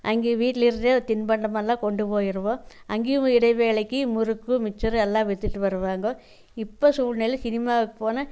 அங்கேயே வீட்லிருந்தே தின்பண்டம் எல்லாம் கொண்டு போயிடுவோம் அங்கேயும் வ இடைவேளைக்கு முறுக்கு மிச்சரு எல்லாம் விற்றுட்டு வருவாங்க இப்போ சூழ்நிலை சினிமாவுக்கு போனால்